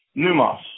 Numos